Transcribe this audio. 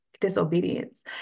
disobedience